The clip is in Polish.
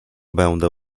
będę